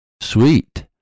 sweet